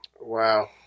Wow